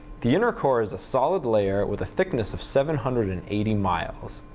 the inner core is a solid layer with a thickness of seven hundred and eighty miles.